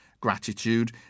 Gratitude